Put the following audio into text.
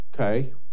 Okay